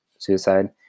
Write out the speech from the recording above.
suicide